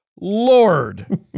lord